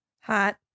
Hot